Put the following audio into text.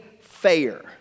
fair